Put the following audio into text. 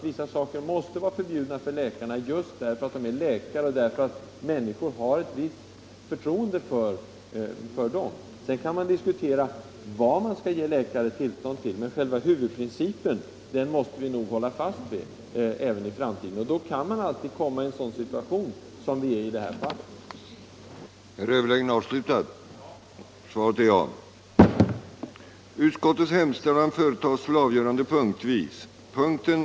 Vissa saker måste vara förbjudna för läkarna just därför att de är läkare och just därför 55 att människor har ett visst förtroende för dem. Sedan kan man diskutera vad man skall ge läkarna tillstånd till, men själva huvudprincipen måste vi nog hålla fast vid även i framtiden, och då kan man alltid komma i en sådan situation som den där vi befinner oss i det här fallet. den det ej vill röstar nej. den det ej vill röstar nej. den det ej vill röstar nej.